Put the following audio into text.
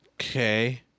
Okay